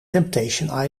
temptation